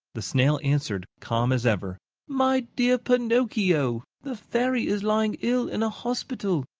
the snail answered, calm as ever my dear pinocchio, the fairy is lying ill in a hospital.